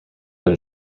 been